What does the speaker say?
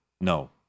No